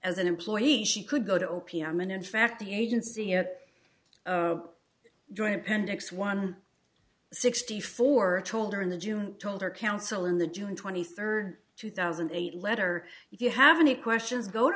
as an employee she could go to o p m and in fact the agency yet of joy appendix one sixty four told her in the june told her counsel in the june twenty third two thousand and eight letter if you have any questions